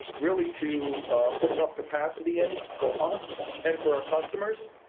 really to put enough capacity in for us and for our customers.